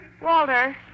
Walter